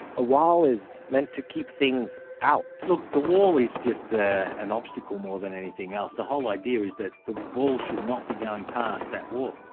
a wall is meant to keep things out look, the wall is just an obstacle more than anything else. the whole idea is that the ball should not be going past that wall,